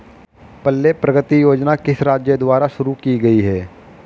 पल्ले प्रगति योजना किस राज्य द्वारा शुरू की गई है?